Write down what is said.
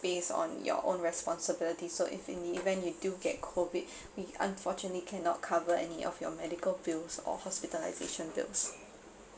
based on your own responsibility so if in the event you do get COVID we unfortunately cannot cover any of your medical bills or hospitalisation bills